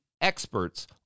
experts